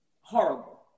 horrible